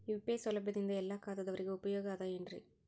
UPI ಸೌಲಭ್ಯದಿಂದ ಎಲ್ಲಾ ಖಾತಾದಾವರಿಗ ಉಪಯೋಗ ಅದ ಏನ್ರಿ?